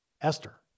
Esther